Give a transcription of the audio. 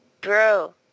bro